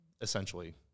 essentially